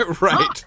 Right